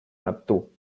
neptú